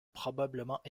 probablement